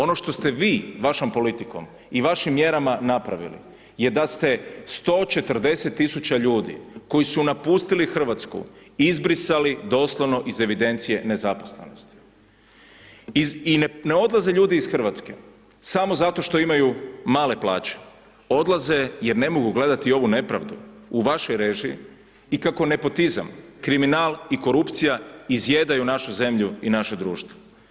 Ono što ste vi vašom politikom i vašim mjerama napravili je da ste 140 000 ljudi koji su napustili Hrvatsku, izbrisali doslovno iz evidencije nezaposlenih i ne odlaze ljudi iz Hrvatske samo zato što imaju male plaće, odlaze jer ne mogu gledati ovu nepravdu u vašoj režiji i kako nepotizam, kriminal i korupcija izjedaju našu zemlju i naše društvo.